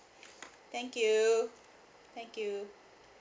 thank you thank you